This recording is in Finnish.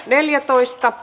asia